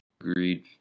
Agreed